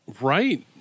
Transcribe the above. right